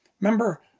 remember